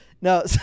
No